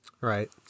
Right